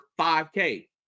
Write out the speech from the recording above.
5k